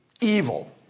evil